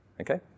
Okay